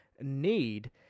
need